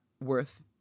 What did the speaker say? worth